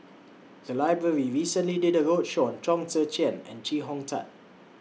The Library recently did A roadshow on Chong Tze Chien and Chee Hong Tat